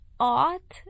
Art